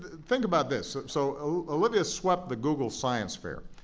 think about this so olivia swept the google science fair.